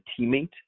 teammate